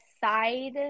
side